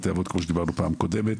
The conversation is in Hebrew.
בתי האבות כמו שדיברנו בפעם הקודמת.